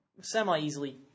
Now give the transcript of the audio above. semi-easily